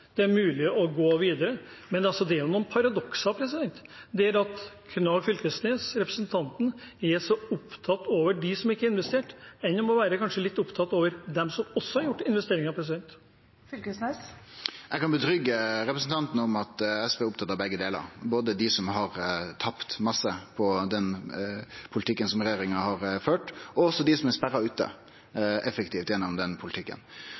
gå videre. Men det er noen paradokser. Det er at representanten Knag Fylkesnes er så opptatt av dem som ikke har investert. Enn om han kanskje var litt opptatt av dem som har gjort investeringer? Eg kan tryggje representanten om at SV er opptatt av begge delar, både dei som har tapt masse på den politikken som regjeringa har ført, og også dei som er sperra effektivt ute gjennom den politikken.